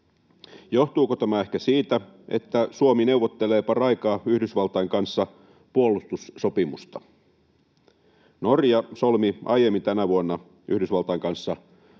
Johtuuko tämä ehkä siitä, että Suomi neuvottelee paraikaa Yhdysvaltain kanssa puolustussopimusta? Norja solmi aiemmin tänä vuonna Yhdysvaltain kanssa